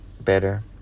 better